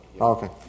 Okay